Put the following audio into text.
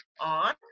on